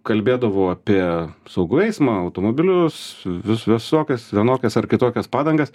kalbėdavau apie saugų eismą automobilius vis visokias vienokias ar kitokias padangas